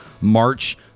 March